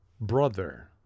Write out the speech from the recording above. brother